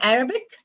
Arabic